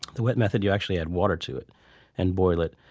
the wet method, you actually add water to it and boil it.